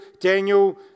Daniel